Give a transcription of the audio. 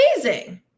amazing